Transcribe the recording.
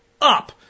Up